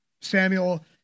Samuel